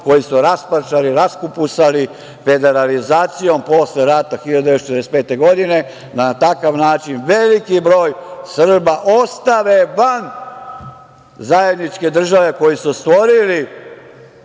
koju su rasparčali, raskupusali federalizacijom posle rata 1945. godine, na takav način veliki broj Srba ostave van zajedničke države koju su stvorili. Srbiju